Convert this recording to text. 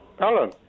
Alan